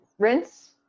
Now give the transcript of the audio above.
rinse